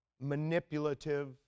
manipulative